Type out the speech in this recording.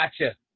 Gotcha